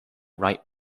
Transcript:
right